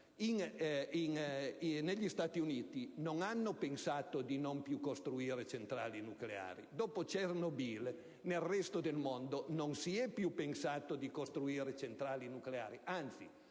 negli Stati Uniti non hanno pensato di non costruire più centrali nucleari. Dopo Chernobyl, nel resto del mondo, non si è pensato di non costruire più centrali nucleari,